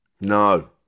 No